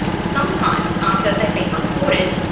sometimes after they've been reported,